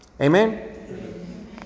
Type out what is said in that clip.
Amen